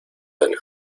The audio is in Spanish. del